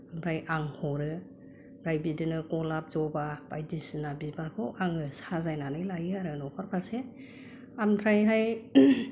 ओमफ्राय आं हरो ओमफ्राय बिदिनो गलाब जबा बायदिसिना बिबारखौ आङो साजायनानै लायो आरो न'खर फारसे ओमफ्रायहाय